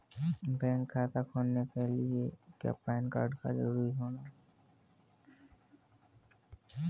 Bank खाता खोलने के लिए क्या पैन कार्ड का होना ज़रूरी है?